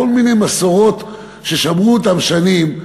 כל מיני מסורות ששמרו אותן שנים,